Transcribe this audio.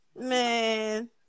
Man